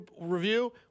review